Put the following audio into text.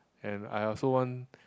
and I also want